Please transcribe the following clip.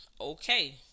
Okay